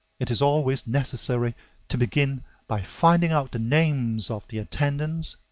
it is always necessary to begin by finding out the names of the attendants,